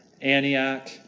Antioch